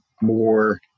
more